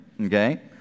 okay